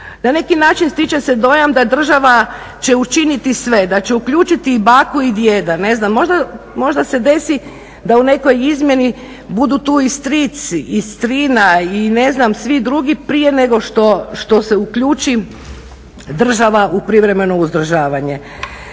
Na neki način stječe se dojam da država će učiniti sve, da će uključiti i baku i djeda, ne znam, možda se desi da u nekoj izmjeni budu tu i stric i strina i ne znam svi drugi prije nego što se uključi država u privremeno uzdržavanje.